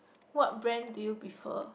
what brand do you prefer